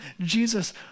Jesus